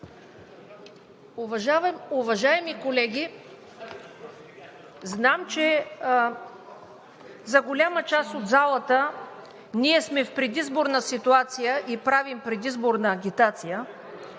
Уважаеми колеги! Знам, че за голяма част от залата ние сме в предизборна ситуация и правим предизборна агитация,